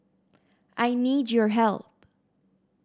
I need your help